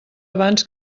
abans